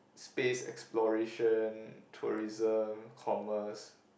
space exploration tourism commerce